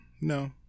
No